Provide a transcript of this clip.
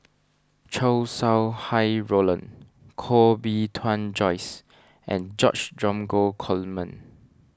Chow Sau Hai Roland Koh Bee Tuan Joyce and George Dromgold Coleman